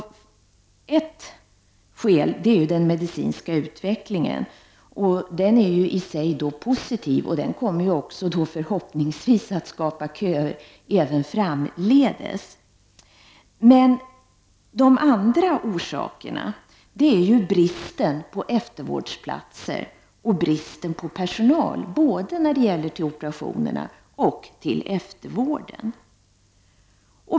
Ett skäl är den medicinska utvecklingen, vilken i sig är positiv och förhoppningsvis kommer att skapa köer även framdeles. De andra orsakerna till operationsköerna är bristen på eftervårdsplatser och bristen på personal, det senare både i fråga om operationer och eftervård.